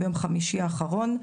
חמישי האחרון.